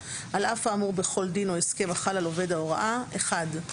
3. על אף האמור בכל דין או הסכם החל על עובד ההוראה: (1)